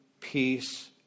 peace